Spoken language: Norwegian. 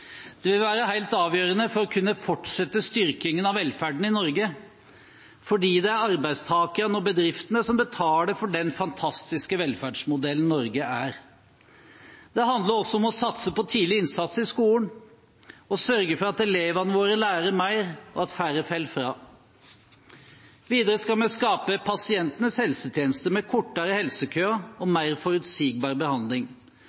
Det vil være helt avgjørende for å kunne fortsette styrkingen av velferden i Norge, for det er arbeidstakerne og bedriftene som betaler for den fantastiske velferdsmodellen Norge er. Det handler også om å satse på tidlig innsats i skolen og sørge for at elvene våre lærer mer, og at færre faller fra. Videre skal vi skape pasientenes helsetjeneste med kortere helsekøer og mer forutsigbar behandling